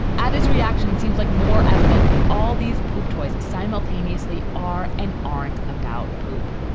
adams reaction seems like more evidence that all these poop toys simultaneously are and aren't about poop.